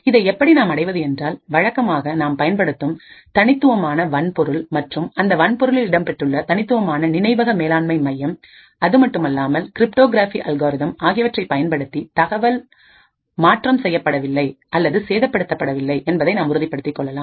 இதை எப்படி நாம் அடைவது என்றால்வழக்கமாக நாம் பயன்படுத்தும் தனித்துவமான வன்பொருள் மற்றும் அந்த வன்பொருளில் இடம்பெற்றுள்ள தனித்துவமான நினைவக மேலாண்மை மையம் அதுமட்டுமல்லாமல் கிரிப்டோகிரபி அல்காரிதம் ஆகியவற்றை பயன்படுத்தி தகவல்கள் மாற்றம் செய்யப்படவில்லை அல்லது சேதப்படுத்தப்படவில்லை என்பதை நாம் உறுதிப்படுத்திக் கொள்ளலாம்